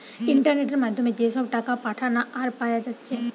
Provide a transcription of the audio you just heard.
ইন্টারনেটের মাধ্যমে যে টাকা পাঠানা আর পায়া যাচ্ছে